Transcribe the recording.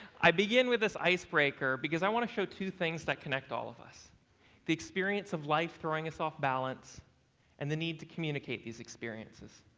i begin with this icebreaker because i want to show two things that connect all of us the experience of life throwing us off balance and the need to communicate these experiences.